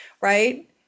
right